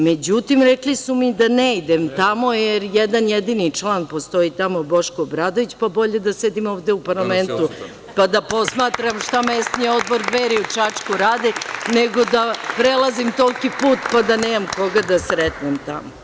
Međutim, rekli su mi da ne idem tamo, jer jedan jedini član postoji tamo, Boško Obradović, pa bolje da se sedim ovde u parlamentu, pa da posmatram šta mesni odbor Dveri u Čačku radi, nego da prelazim toliki put pa da nemam koga da sretnem tamo.